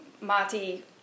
Mati